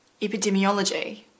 epidemiology